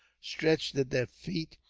stretched at their feet,